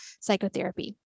psychotherapy